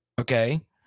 okay